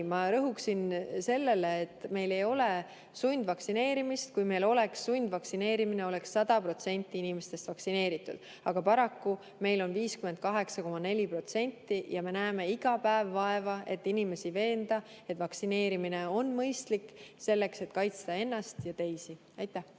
ma rõhuksin sellele, et meil ei ole sundvaktsineerimist. Kui meil oleks sundvaktsineerimine, oleks 100% inimestest vaktsineeritud, aga paraku meil on 58,4% ja me näeme iga päev vaeva, et inimesi veenda, et vaktsineerimine on mõistlik, selleks et kaitsta ennast ja teisi. Aitäh!